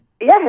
Yes